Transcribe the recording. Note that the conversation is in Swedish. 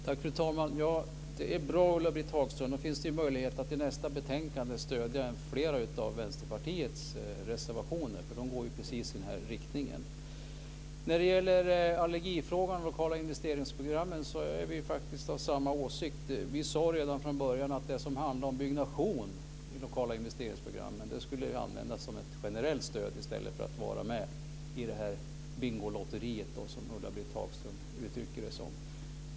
Fru talman! Det är bra, Ulla-Britt Hagström. Då finns det möjlighet att till nästa betänkande stödja fler av Vänsterpartiets reservationer. De går precis i den riktningen. Vi är av samma åsikt när det gäller allergifrågan och de lokala investeringsprogrammen. Vi sade redan från början att det som handlade om byggnation i de lokala investeringsprogrammen skulle användas som ett generellt stöd i stället för att vara med i Bingolotteriet - som Ulla-Britt Hagström uttrycker det.